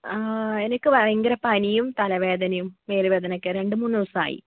എനിക്ക് ഭയങ്കര പനിയും തലവേദനയും മേലുവേദനയും ഒക്കെയാണ് രണ്ടുമൂന്നുദിവസായി